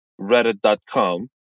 reddit.com